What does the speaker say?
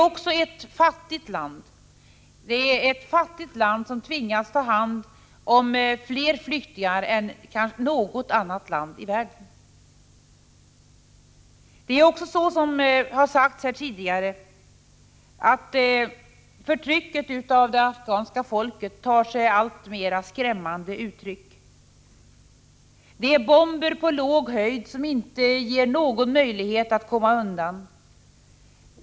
Också det är ett fattigt land, som nu tvingats ta hand om fler flyktingar än kanske något annat land i världen. Det är också så, som har sagts här tidigare, att förtrycket av det afghanska folket tar sig alltmer skrämmande uttryck. Det är bomber på låg höjd som inte ger någon möjlighet att komma undan.